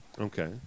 Okay